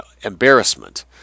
embarrassment